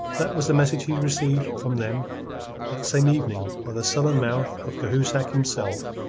that was the message he received from them that same evening by the sullen mouth of cahusac himself.